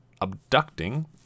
abducting